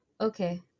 Okay